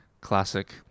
Classic